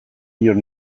dion